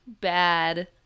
bad